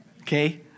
Okay